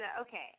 Okay